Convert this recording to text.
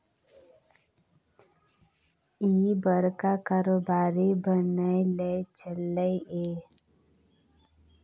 इह बड़का कारोबारी बनय लए चललै ये